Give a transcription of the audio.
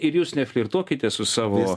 ir jūs neflirtuokite su savo